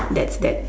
that's that's